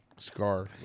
Scar